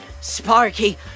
Sparky